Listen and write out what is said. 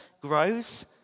grows